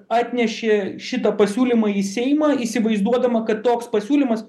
atnešė šitą pasiūlymą į seimą įsivaizduodama kad toks pasiūlymas